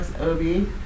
Obi